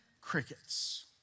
crickets